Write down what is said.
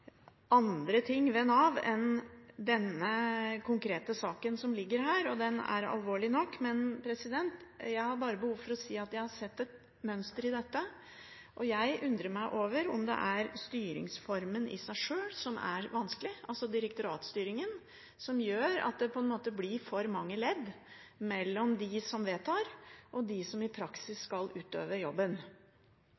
andre ting ved Nav enn denne konkrete saken som ligger her – og den er alvorlig nok – men jeg har bare behov for å si at jeg har sett et mønster i dette. Jeg undrer meg over om det er styringsformen i seg sjøl som er vanskelig – altså direktoratstyringen, som gjør at det blir for mange ledd mellom dem som vedtar, og dem som i praksis